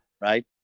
Right